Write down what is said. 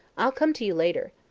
i'll come to you later.